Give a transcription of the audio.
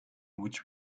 which